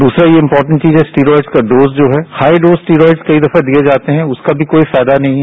दूसरा ये इंपोर्टेट चीज है स्टेरॉयड का डोज जो है हाई डोज स्टेरॉयड कई दफा दिये जाते हैं उसका भी कोई फायदा नहीं है